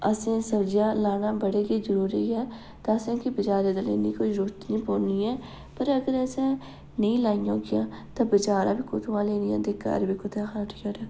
असें सब्ज़ियां लाना बड़े गै जरूरी ऐ ते असेंगी बजारा लैने दी कोई जरूरत नी पौनी ऐ पर अगर असें नेईं लाई होगियां तां बजारा बी कत्थुआं लैनियां ते घर बी कुत्थुं खानी